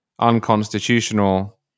unconstitutional